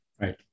Right